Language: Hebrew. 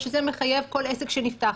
שזה מחייב כל עסק שנפתח.